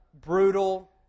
Brutal